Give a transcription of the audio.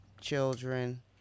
children